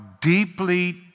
deeply